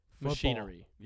machinery